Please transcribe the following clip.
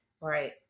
right